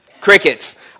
Crickets